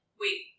wait